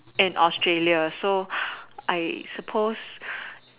in Australia so I suppose